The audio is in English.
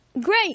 Great